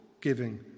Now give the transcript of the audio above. giving